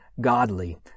godly